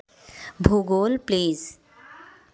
भूगोल प्लीज़